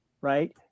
right